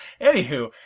anywho